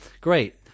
Great